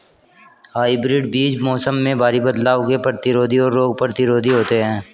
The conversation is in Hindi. हाइब्रिड बीज मौसम में भारी बदलाव के प्रतिरोधी और रोग प्रतिरोधी होते हैं